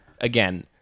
again